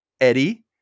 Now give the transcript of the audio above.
Eddie